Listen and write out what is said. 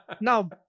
now